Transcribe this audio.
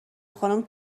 خانوم